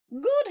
Good